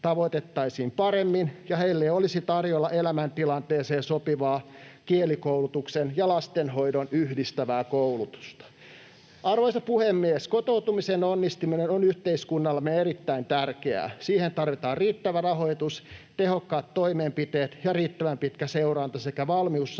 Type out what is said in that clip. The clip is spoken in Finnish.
tavoitettaisiin paremmin ja heille olisi tarjolla elämäntilanteeseen sopivaa kielikoulutuksen ja lastenhoidon yhdistävää koulutusta. Arvoisa puhemies! Kotoutumisen onnistuminen on yhteiskunnallemme erittäin tärkeää. Siihen tarvitaan riittävä rahoitus, tehokkaat toimenpiteet ja riittävän pitkä seuranta sekä [Puhemies